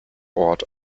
ort